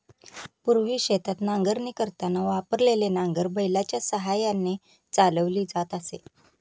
पूर्वी शेतात नांगरणी करताना वापरलेले नांगर बैलाच्या साहाय्याने चालवली जात असे